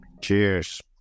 Cheers